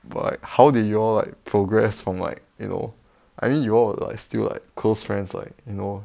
but like how did you all like progress from like you know I mean you all were like still like close friends like you know